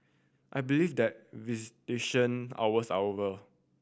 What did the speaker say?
I believe that visitation hours are over